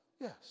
Yes